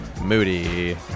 moody